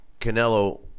Canelo